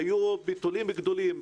היו ביטולים גדולים?